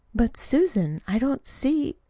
but, susan, i don't see,